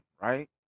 right